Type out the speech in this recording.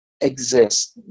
exist